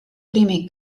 primer